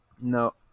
No